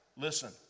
Listen